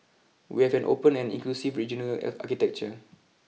we have an open and inclusive regional architecture